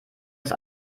ist